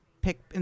pick